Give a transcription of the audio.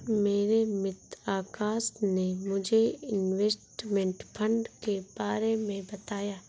मेरे मित्र आकाश ने मुझे इनवेस्टमेंट फंड के बारे मे बताया